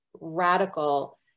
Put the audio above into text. radical